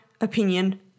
opinion